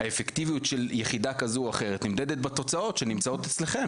האפקטיביות של יחידה כזאת או אחרת נמדדת בתוצאות שנמצאות אצלכם